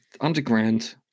underground